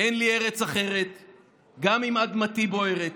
"אין לי ארץ אחרת / גם אם אדמתי בוערת.